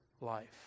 life